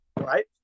right